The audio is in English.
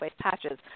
patches